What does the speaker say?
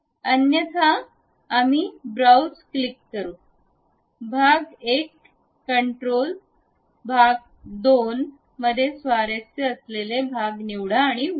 अन्यथा आम्ही browse click करा भाग 1 कंट्रोल भाग 2 मध्ये स्वारस्य असलेले भाग निवडा उघडा